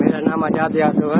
मेरा नाम आजाद यादव है